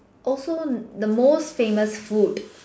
also the most famous food